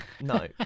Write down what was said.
No